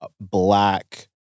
black